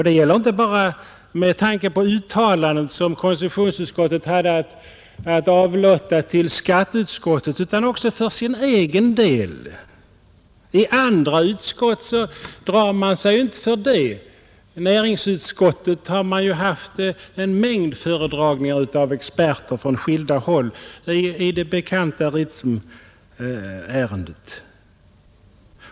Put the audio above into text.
Det gäller inte bara med tanke på det uttalande, som konstitutionsutskottet hade att avlåta till skatteutskottet, utan också för konstitutionsutskottets egen del. I andra utskott drar man sig inte för det, I näringsutskottet har man haft en mängd föredragningar av experter från skilda håll i det bekanta Ritsemärendet.